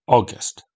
August